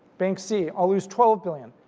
bank c, i'll lose twelve billion.